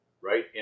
right